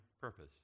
purpose